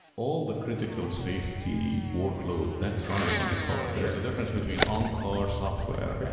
all the critical safety workload that's running on the car there's a difference between on-car software, yeah